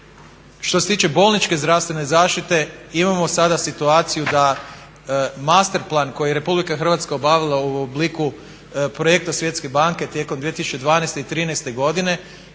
Što se tiče bolničke zdravstvene zaštite imamo sada situaciju da master plan koji je Republika Hrvatska obavila u obliku projekta Svjetske banke tijekom 2012. i trinaeste godine